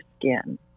skin